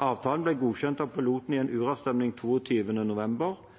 Avtalen ble godkjent av pilotene i en uravstemning 22. november,